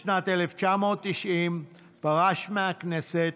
בשנת 1990 פרש מהכנסת,